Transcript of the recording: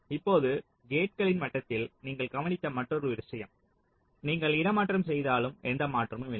இப்போது கேட்களின் மட்டத்தில் நீங்கள் கவனித்த மற்றொரு விஷயம் நீங்கள் இடமாற்றம் செய்தாலும் எந்த மாற்றமும் இல்லை